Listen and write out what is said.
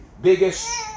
biggest